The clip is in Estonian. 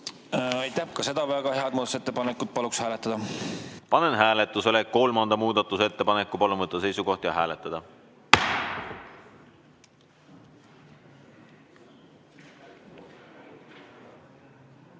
Aitäh! Ka seda väga head muudatusettepanekut paluksin hääletada. Panen hääletusele kolmanda muudatusettepaneku. Palun võtta seisukoht ja hääletada!